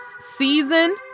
season